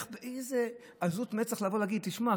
באיזה עזות מצח לבוא ולהגיד: תשמע,